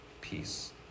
peace